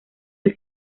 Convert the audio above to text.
del